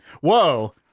Whoa